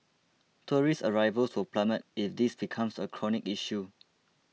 tourist arrivals will plummet if this becomes a chronic issue